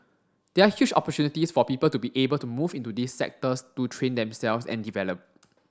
there are huge for people to be able to move into these sectors to train themselves and develop